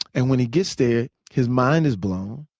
and when he gets there, his mind is blown.